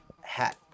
hat